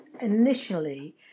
initially